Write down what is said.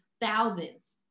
thousands